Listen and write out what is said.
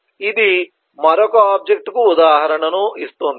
ఇది మరొక ఆబ్జెక్ట్ కు ఉదాహరణను ఇస్తుంది